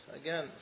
again